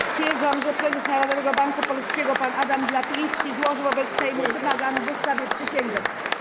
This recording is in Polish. Stwierdzam, że prezes Narodowego Banku Polskiego pan Adam Glapiński złożył wobec Sejmu wymaganą w ustawie przysięgę.